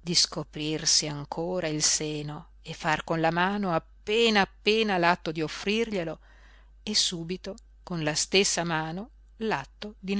di scoprirsi ancora il seno e far con la mano appena appena l'atto d'offrirglielo e subito con la stessa mano l'atto di